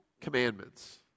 commandments